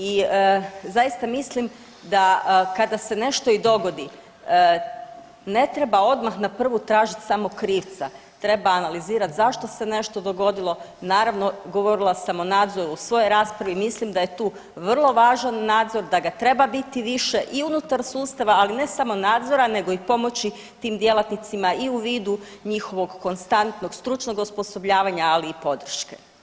I zaista mislim da kada se nešto i dogodi ne treba odmah na prvu tražit samo krivca, treba analizirat zašto se nešto dogodilo, naravno govorila sam o nadzoru u svojoj raspravi, mislim da je tu vrlo važan nadzor, da ga treba biti više i unutar sustava, ali ne samo nadzora nego i pomoći tim djelatnicima i u vidu njihovog konstantnog stručnog osposobljavanja, ali i podrške.